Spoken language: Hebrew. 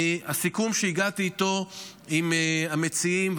הסיכום שהגעתי אליו עם המציעים,